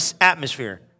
atmosphere